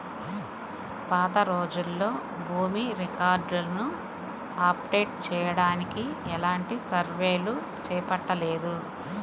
పాతరోజుల్లో భూమి రికార్డులను అప్డేట్ చెయ్యడానికి ఎలాంటి సర్వేలు చేపట్టలేదు